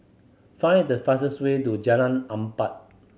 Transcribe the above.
find the fastest way to Jalan Empat